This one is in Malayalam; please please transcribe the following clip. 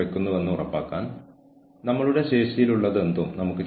അതിനുശേഷം മാത്രമേ നിങ്ങൾ ജീവനക്കാരനെ ഡിസ്ചാർജ് ചെയ്യാവൂ